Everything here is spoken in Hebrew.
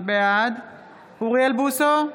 בעד אוריאל בוסו,